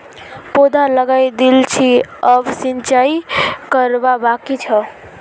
पौधा लगइ दिल छि अब सिंचाई करवा बाकी छ